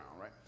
right